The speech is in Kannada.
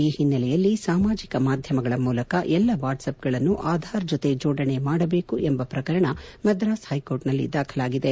ಈ ಹಿನ್ನೆಲೆಯಲ್ಲಿ ಸಾಮಾಜಿಕ ಮಾಧ್ಯಮಗಳ ಮೂಲಕ ಎಲ್ಲಾ ವಾಟ್ಸಪ್ಗಳನ್ನು ಆಧಾರ್ ಜೊತೆ ಜೋಡಣೆ ಮಾಡಬೇಕು ಎಂಬ ಪ್ರಕರಣ ಮದ್ರಾಸ್ ಹೈಕೋರ್ಟ್ನಲ್ಲಿ ದಾಖಲಾಗಿದೆ